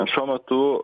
šiuo metu